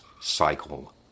cycle